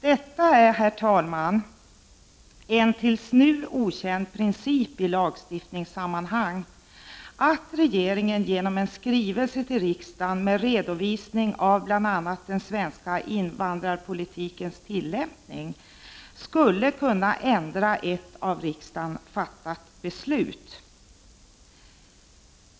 Detta är, herr talman, en tills nu okänd princip i lagstiftningssammanhang, dvs. att regeringen genom en skrivelse till riksdagen med redovisning av bl.a. den svenska invandrarpolitikens tillämpning skulle kunna ändra ett av riksdagen fattat beslut.